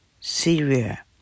Syria